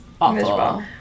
awful